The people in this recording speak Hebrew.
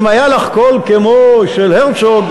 אם היה לך קול כמו של הרצוג,